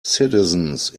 citizens